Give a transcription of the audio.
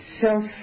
self